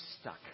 stuck